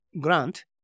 grant